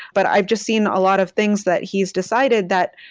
but i've just seen a lot of things that he's decided that,